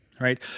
right